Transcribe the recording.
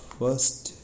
first